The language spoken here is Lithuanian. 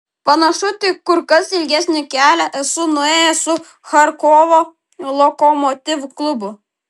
panašų tik kur kas ilgesnį kelią esu nuėjęs su charkovo lokomotiv klubu